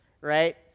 right